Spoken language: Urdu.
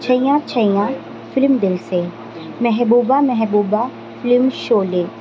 Chaiyya Chaiyya film Dil Se Mehbooba Mehbooba film Sholay